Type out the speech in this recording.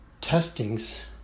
testings